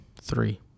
Three